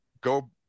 go